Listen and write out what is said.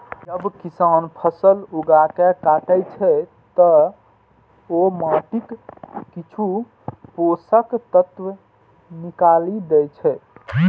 जब किसान फसल उगाके काटै छै, ते ओ माटिक किछु पोषक तत्व निकालि दै छै